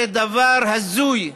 זה דבר הזוי,